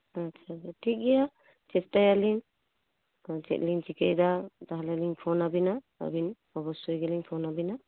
ᱟᱪᱪᱷᱟ ᱟᱪᱪᱷᱟ ᱴᱷᱤᱠᱜᱮᱭᱟ ᱪᱮᱥᱴᱟᱭᱟᱞᱤᱧ ᱟᱫᱚ ᱪᱮᱫᱞᱤᱧ ᱪᱤᱠᱟᱹᱭᱫᱟ ᱛᱟᱞᱦᱮᱞᱤᱧ ᱯᱷᱳᱱᱟᱵᱤᱱᱟ ᱟᱹᱵᱤᱱ ᱚᱵᱚᱥᱥᱳᱭ ᱜᱮᱞᱤᱧ ᱯᱷᱳᱱᱟᱵᱤᱱᱟ